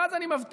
ואז אני מבטיח: